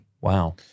Wow